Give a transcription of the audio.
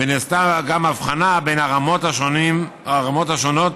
ונעשתה גם אבחנה בין הרמות השונות של